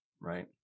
Right